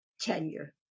tenure